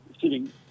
sitting